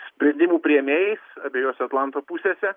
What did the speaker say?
sprendimų priėmėjais abejose atlanto pusėse